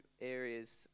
areas